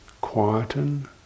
quieten